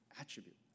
attribute